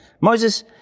Moses